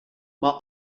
mae